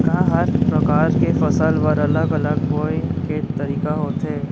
का हर प्रकार के फसल बर अलग अलग बोये के तरीका होथे?